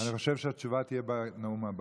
אני חושב שהתשובה תהיה בנאום הבא.